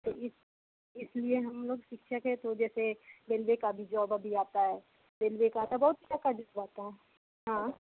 तो इस इसलिए हम लोग शिक्षक हैं तो जैसे रेलवे का भी जॉब अभी आता है रेलवे का तो बहुत क्या क्या दिख जाता है हाँ